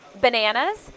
Bananas